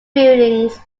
buildings